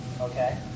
okay